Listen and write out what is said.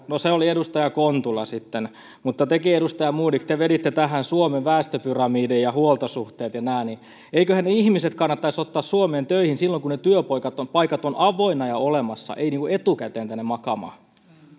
no se oli edustaja kontula sitten mutta tekin edustaja modig veditte tähän suomen väestöpyramidin ja huoltosuhteet ja nämä eiköhän ne ihmiset kannattaisi ottaa suomeen töihin silloin kun ne työpaikat ovat avoinna ja olemassa eikä etukäteen tänne makaamaan